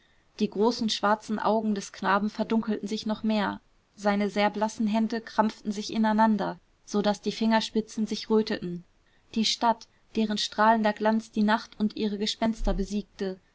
die großen schwarzen augen des knaben verdunkelten sich noch mehr seine sehr blassen hände krampften sich ineinander so daß die fingerspitzen sich röteten die stadt deren strahlender glanz die nacht und ihre gespenster besiegte